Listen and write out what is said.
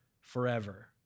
forever